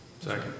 Second